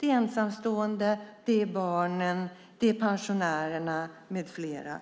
Det är ensamstående. Det är barnen. Det är pensionärerna med flera.